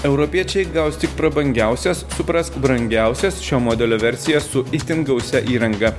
europiečiai gaus tik prabangiausias suprask brangiausias šio modelio versijas su itin gausia įranga